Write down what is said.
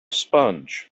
sponge